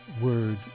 word